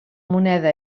moneda